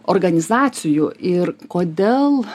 organizacijų ir kodėl